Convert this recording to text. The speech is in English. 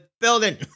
building